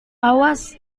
awas